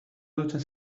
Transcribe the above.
dutxan